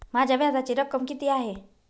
माझ्या व्याजाची रक्कम किती आहे?